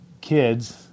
kids